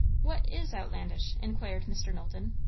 what is outlandish? inquired mr. knowlton.